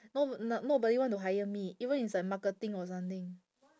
no n~ nobody want to hire me even it's like marketing or something